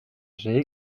j’ai